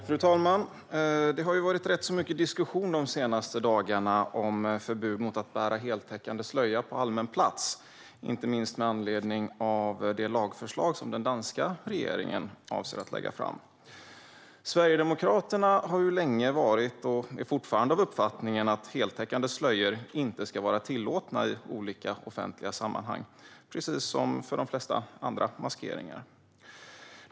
Fru talman! Det har varit rätt så mycket diskussion under de senaste dagarna om förbud mot att bära heltäckande slöja på allmän plats, inte minst med anledning av det lagförslag som den danska regeringen avser att lägga fram. Sverigedemokraterna har länge varit, och är fortfarande, av den uppfattningen att heltäckande slöjor inte ska vara tillåtna i olika offentliga sammanhang, precis som för de flesta andra maskeringar.